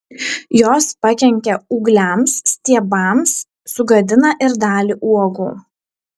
jos pakenkia ūgliams stiebams sugadina ir dalį uogų